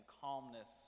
calmness